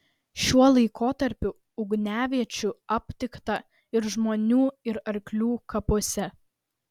šiuo laikotarpiu ugniaviečių aptikta ir žmonių ir arklių kapuose